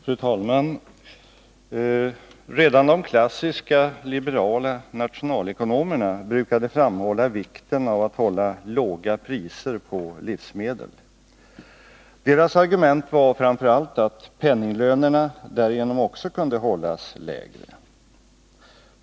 Fru talman! Redan de klassiska liberala nationalekonomerna brukade framhålla vikten av att man håller låga priser på livsmedel. Deras argument var framför allt att också penninglönerna därigenom kunde hållas lägre.